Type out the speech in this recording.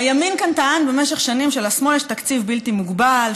הימין כאן טען במשך שנים שלשמאל יש תקציב בלתי מוגבל,